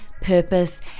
purpose